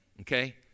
okay